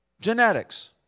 Genetics